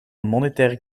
monetaire